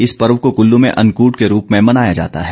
इंस पर्व को कुल्लू में अन्नकूट के रूप में मनाया जाता है